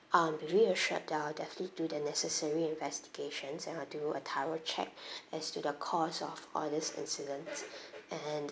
um be reassured that I'll definitely do the necessary investigations and I'll do a thorough check as to the cause of all these incident and